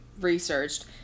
researched